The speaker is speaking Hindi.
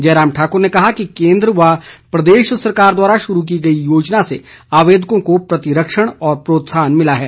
जयराम ठाकुर ने कहा कि केंद्र व प्रदेश सरकार द्वारा शुरू की गई योजनाओं से आवेदकों को प्रतिरक्षण व प्रोत्साहन मिला है